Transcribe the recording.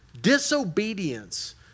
disobedience